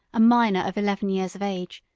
a minor of eleven years of age,